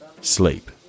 Sleep